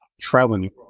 traveling